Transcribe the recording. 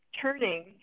turning